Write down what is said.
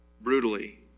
Brutally